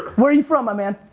where are you from my man?